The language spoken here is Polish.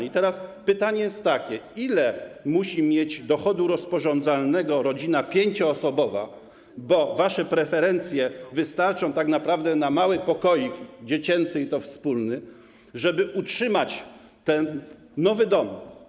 I teraz pytanie jest takie: Ile dochodu rozporządzalnego musi mieć rodzina pięcioosobowa - bo wasze preferencje wystarczą tak naprawdę na mały pokoik dziecięcy, i to wspólny - żeby utrzymać ten nowy dom?